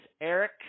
Eric